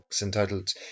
entitled